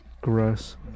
Gross